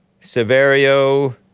Severio